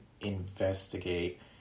investigate